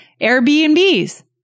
Airbnb's